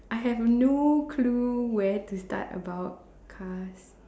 I have no clue where to start about cars